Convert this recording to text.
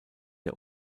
der